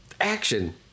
action